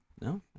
no